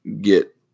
get